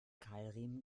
keilriemen